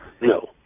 No